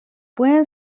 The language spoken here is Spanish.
pueden